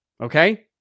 Okay